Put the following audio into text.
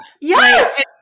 yes